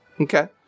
Okay